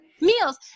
meals